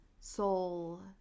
soul